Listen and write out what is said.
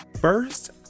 First